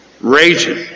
Raging